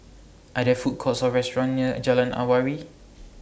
Are There Food Courts Or restaurants near Jalan Awan